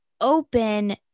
open